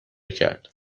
کرد